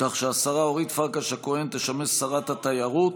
כך שהשרה אורית פרקש הכהן תשמש שרת התיירות